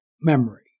memory